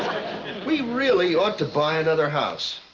and we really ought to buy another house.